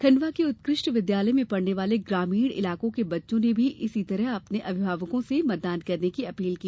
खंडवा के उत्कृष्ट विद्यालय में पढ़ने वाले ग्रामीण इलाकों के छात्र छात्राओं ने भी इसी तरह अपने अभिभावकों से मतदान करने की अपील की